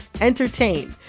entertain